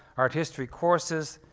art history courses,